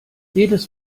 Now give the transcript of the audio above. jedes